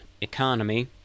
economy